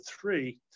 three